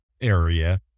area